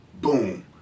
Boom